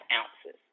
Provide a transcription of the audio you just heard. ounces